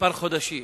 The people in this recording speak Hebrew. כמה חודשים,